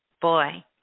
Boy